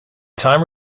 time